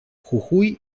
jujuy